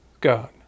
God